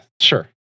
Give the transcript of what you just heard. sure